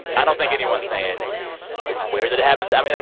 i don't think anyone's saying it's weird that it happened. i mean.